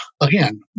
again